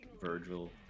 Virgil